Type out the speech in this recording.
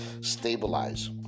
stabilize